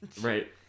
Right